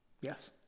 Yes